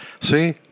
See